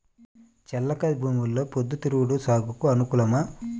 చెలక భూమిలో పొద్దు తిరుగుడు సాగుకు అనుకూలమా?